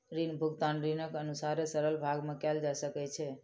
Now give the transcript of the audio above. ऋण भुगतान ऋणीक अनुसारे सरल भाग में कयल जा सकै छै